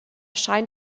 scheint